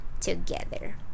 together